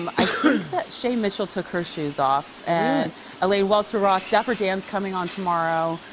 um i think that shay mitchell took her shoes off and elaine welteroth. dapper dan's coming on tomorrow.